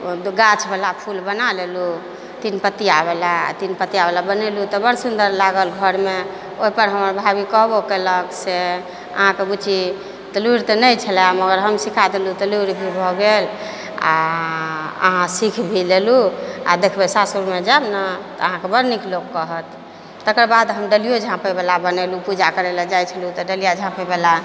ओ गाछवला फूल बना लेलू तीन पतियावला तीन पतियावला बनेलहुँ तऽ बड़ सुन्दर लागल घरमे ओहिपर हमर भाभी कहबो केलक से अहाँकेँ बुच्ची तऽ लुड़ि तऽ नहि छलै मगर हम सिखा देलहुँ तऽ लुड़ि भी भऽ गेल आ अहाँ सीख भी लेलहुँ आ देखबै सासुरमे जायब ने तऽ अहाँकेँ बड़ नीक लोक कहत तकर बाद हम डलियो झाँपयवला बनयलहुँ पूजा करय लेल जाइ छलहुँ हेँ तऽ डलिया झाँपैवला